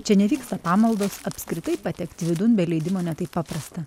čia nevyksta pamaldos apskritai patekti vidun be leidimo ne taip paprasta